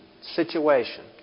situation